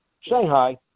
Shanghai